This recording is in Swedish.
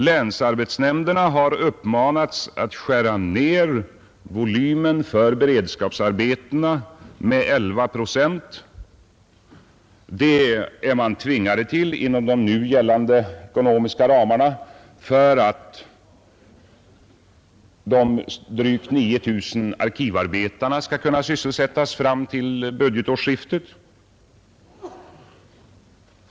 Länsarbetsnämnderna har uppmanats att skära ner volymen för beredskapsarbetena med 11 procent. Man är tvingad till detta för att inom de nu gällande ekonomiska ramarna kunna bereda de drygt 9000 arkivarbetarna sysselsättning fram till budgetårsskiftet.